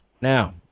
Now